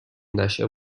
نشئه